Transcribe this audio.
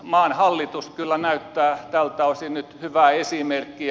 maan hallitus kyllä näyttää tältä osin nyt hyvää esimerkkiä